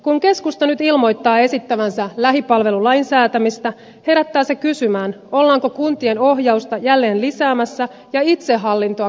kun keskusta nyt ilmoittaa esittävänsä lähipalvelulain säätämistä herättää se kysymään ollaanko kuntien ohjausta jälleen lisäämässä ja itsehallintoa kaventamassa